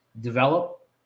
develop